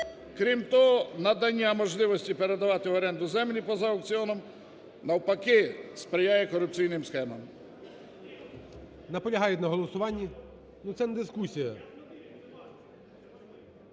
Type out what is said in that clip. Крім того, надання можливості передавати в оренду землі поза аукціоном навпаки сприяє корупційним схемам. ГОЛОВУЮЧИЙ. Наполягають на голосуванні. Це не дискусія.